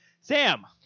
Sam